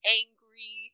angry